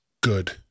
good